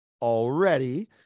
already